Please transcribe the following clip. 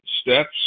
steps